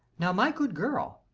now, my good girl,